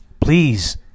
please